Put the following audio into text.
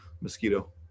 mosquito